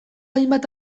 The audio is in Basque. hainbat